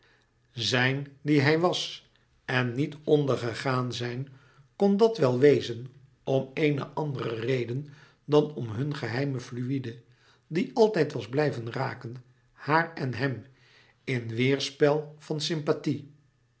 zijn die hij was en niet ondergegaan zijn kon dat wel wezen om ééne andere reden dan om geheime fluïde die altijd was blijven raken haar en hem in weêrspel van sympathie